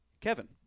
Kevin